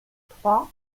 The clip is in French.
trois